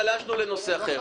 גלשנו לנושא אחר.